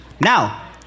now